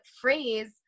phrase